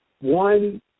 one